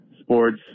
sports